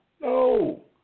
No